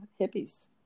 hippies